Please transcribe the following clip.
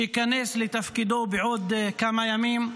שייכנס לתפקידו בעוד כמה ימים,